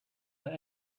that